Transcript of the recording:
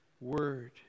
word